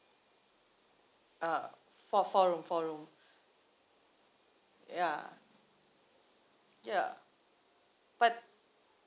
uh four four room four room ya ya but